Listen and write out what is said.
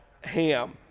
ham